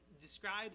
describes